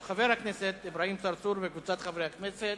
של חבר הכנסת אברהים צרצור וקבוצת חברי הכנסת.